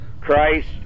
Christ